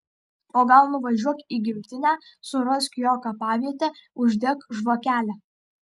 o gal nuvažiuok į gimtinę surask jo kapavietę uždek žvakelę